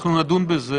אנחנו נדון בזה.